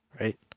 right